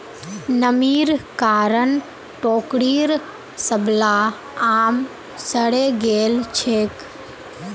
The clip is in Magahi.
नमीर कारण टोकरीर सबला आम सड़े गेल छेक